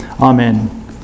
Amen